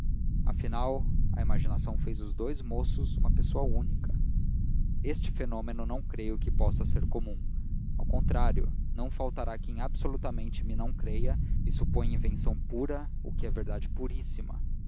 afinal a imaginação fez dos dous moços uma pessoa única este fenômeno não creio que possa ser comum ao contrário não faltará quem absolutamente me não creia e suponha invenção pura o que é verdade puríssima